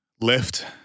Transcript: lift